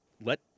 let